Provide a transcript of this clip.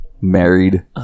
married